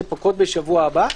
שפוקעות בשבוע הבא.